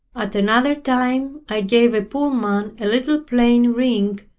at another time i gave a poor man a little plain ring,